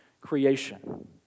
creation